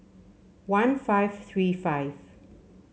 one five three five